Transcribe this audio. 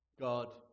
God